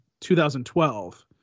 2012